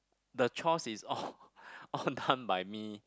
the chores is all all done by me